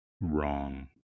wrong